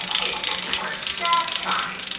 this system works just fine.